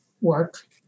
work